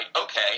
Okay